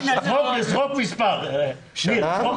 שנה.